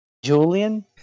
Julian